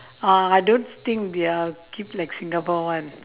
uh I don't think they are keep like singapore one